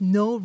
no